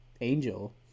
Angel